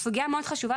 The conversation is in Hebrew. סוגייה מאוד חשובה,